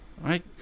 right